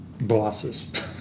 bosses